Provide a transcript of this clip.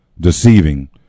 deceiving